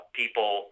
people